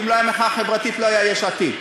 כי אם לא הייתה מחאה חברתית לא היה יש עתיד,